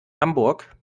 hamburg